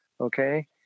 Okay